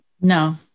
No